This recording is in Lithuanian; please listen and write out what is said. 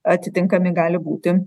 atitinkami gali būti